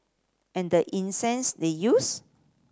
and the incense they used